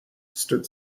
stood